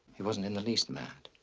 he wasn't in the least mad.